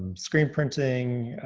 um screen printing,